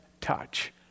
touch